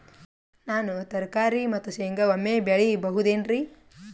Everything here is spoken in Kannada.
ನಾನು ತರಕಾರಿ ಮತ್ತು ಶೇಂಗಾ ಒಮ್ಮೆ ಬೆಳಿ ಬಹುದೆನರಿ?